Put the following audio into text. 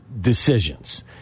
decisions